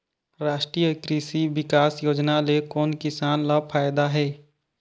रास्टीय कृषि बिकास योजना ले कोन किसान ल फायदा हे?